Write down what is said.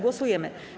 Głosujemy.